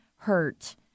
hurt